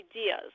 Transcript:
ideas